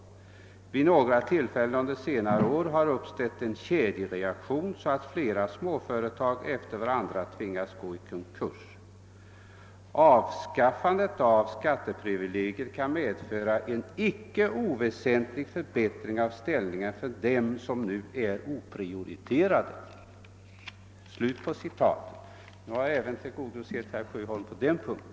Vid några tillfällen under senare år har uppstått en kedjereaktion, så att flera småföretag efter varandra tvingats gå i konkurs. Avskaffandet av skatteprivilegiet kan medföra en icke oväsentlig förbättring av ställningen för dem som nu är oprioriterade.» Jag har därmed bemött herr Sjöholms argumentering även på denna punkt.